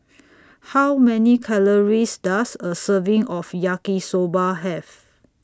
How Many Calories Does A Serving of Yaki Soba Have